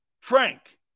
Frank